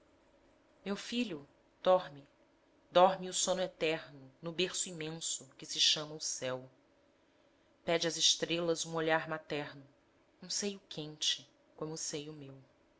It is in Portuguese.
meu filho dorme dorme o sono eterno no berço imenso que se chama o céu pede às estrelas um olhar materno um seio quente como o seio meu